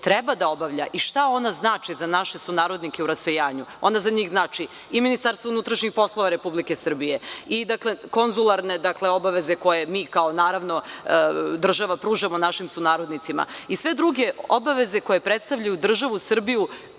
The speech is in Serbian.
treba da obavlja i šta ona znači za naše sunarodnike u rasejanju. Ona za njih znači i Ministarstvo unutrašnjih poslova Republike Srbije i konzularne obaveze, koje mi kao država pružamo našim sunarodnicima, i sve druge obaveze koje predstavljaju državu Srbiju